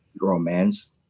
romance